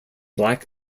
black